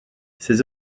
ses